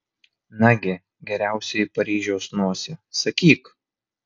nagi geriausioji paryžiaus nosie sakyk